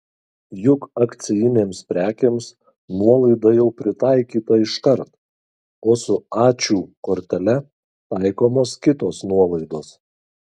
juk akcijinėms prekėms nuolaida jau pritaikyta iškart o su ačiū kortele taikomos kitos nuolaidos